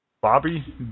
Bobby